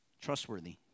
Trustworthy